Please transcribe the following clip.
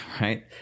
right